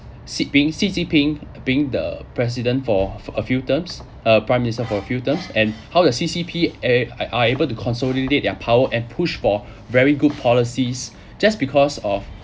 xi jin ping being the president for a few terms a prime minister for a few terms and how the C_C_P uh a~are able to consolidate their power and push for very good policies just because of